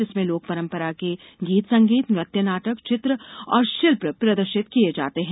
जिसमें लोक परंपरा के गीत संगीत नृत्य नाटक चित्र और शिल्प प्रदर्शित किये जाते हैं